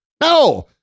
No